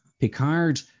picard